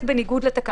שנעשית בניגוד לתקנות.